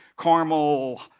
Caramel